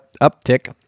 uptick